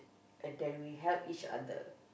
and that we help each other